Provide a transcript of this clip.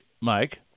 Mike